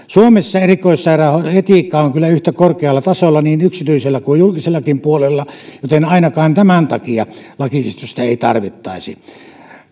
suomessa erikoissairaanhoidon etiikka on kyllä yhtä korkealla tasolla niin yksityisellä kuin julkisellakin puolella joten ainakaan tämän takia lakiesitystä ei tarvittaisi